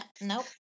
nope